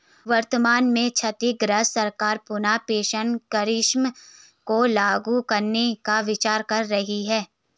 वर्तमान में छत्तीसगढ़ सरकार पुनः पेंशन स्कीम को लागू करने का विचार कर रही है